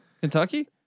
Kentucky